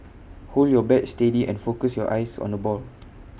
hold your bat steady and focus your eyes on the ball